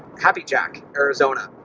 happy jack, arizona.